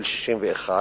של 61,